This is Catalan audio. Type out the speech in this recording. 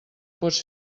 pots